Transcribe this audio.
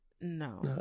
No